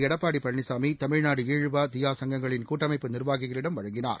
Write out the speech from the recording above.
எடப்பாடிபழனிசாமிதமிழ்நாடுஈழுவாதீயா சங்கங்களின் கூட்டமைப்பு நிர்வாகிகளிடம் வழங்கினார்